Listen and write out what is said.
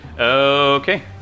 Okay